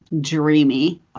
dreamy